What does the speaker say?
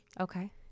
okay